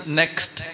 next